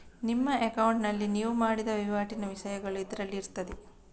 ನಿಮ್ಮ ಅಕೌಂಟಿನಲ್ಲಿ ನೀವು ಮಾಡಿದ ವೈವಾಟಿನ ವಿಷಯಗಳು ಇದ್ರಲ್ಲಿ ಇರ್ತದೆ